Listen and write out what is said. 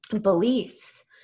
beliefs